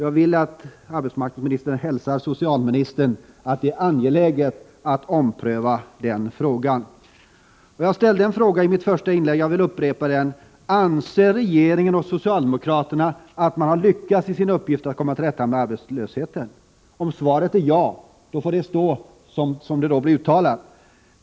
Jag vill att arbetsmarknadsministern hälsar socialministern att det är angeläget att ompröva detta ärende. I mitt första inlägg ställde jag en fråga, och jag vill upprepa den: Anser regeringen och socialdemokraterna att man har lyckats i sin uppgift att komma till rätta med arbetslösheten? Om svaret är ja, får det stå som det har blivit uttalat.